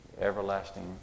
everlasting